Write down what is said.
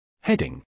Heading